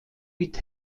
mit